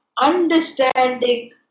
understanding